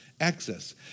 access